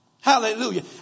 Hallelujah